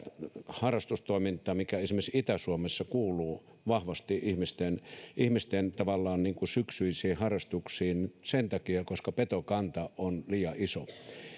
harrastustoimintaa mikä esimerkiksi itä suomessa tavallaan kuuluu vahvasti ihmisten ihmisten syksyisiin harrastuksiin sen takia että petokanta on liian iso